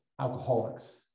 alcoholics